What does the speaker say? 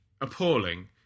appalling